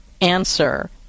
answer